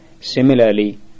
Similarly